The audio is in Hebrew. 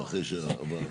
נכון.